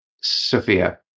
Sophia